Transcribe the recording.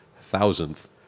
thousandth